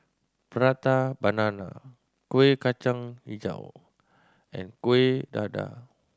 Prata Banana Kueh Kacang Hijau and Kuih Dadar